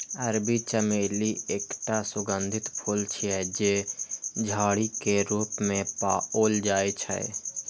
अरबी चमेली एकटा सुगंधित फूल छियै, जे झाड़ी के रूप मे पाओल जाइ छै